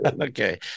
Okay